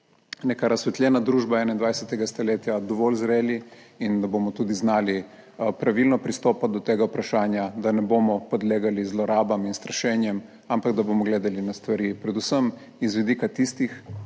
neka razsvetljena družba 21. stoletja dovolj zreli, in da bomo tudi znali pravilno pristopati do tega vprašanja, da ne bomo podlegli zlorabam in strašenjem, ampak da bomo gledali na stvari predvsem iz vidika tistih,